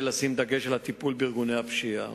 לשים דגש על הטיפול בארגוני הפשיעה.